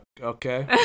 Okay